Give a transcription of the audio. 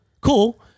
cool